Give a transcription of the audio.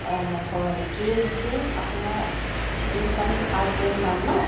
অঁ হয় ত্ৰিশ দিন আপোনাৰ ইনকামিং আউটগয়িং পাম ন